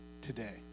today